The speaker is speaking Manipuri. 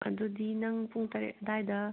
ꯑꯗꯨꯗꯤ ꯅꯪ ꯄꯨꯡ ꯇꯔꯦꯠ ꯑꯗꯥꯏꯗ